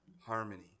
harmony